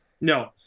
No